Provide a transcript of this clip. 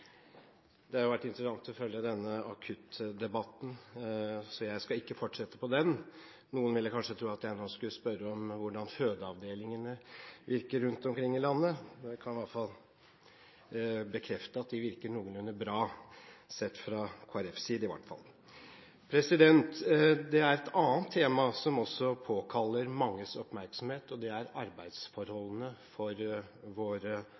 Det har vært interessant å følge denne akuttdebatten, men jeg skal ikke fortsette med den. Noen vil kanskje tro at jeg nå skulle spørre om hvordan fødeavdelingene virker rundt omkring i landet – jeg kan i alle fall bekrefte at de virker noenlunde bra, sett fra Kristelig Folkepartis side i hvert fall. Det er et annet tema som også påkaller manges oppmerksomhet, og det er